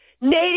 Native